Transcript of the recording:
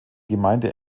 gemeinde